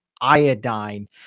iodine